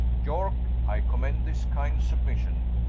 yorke, i commend this kinde submission,